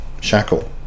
shackle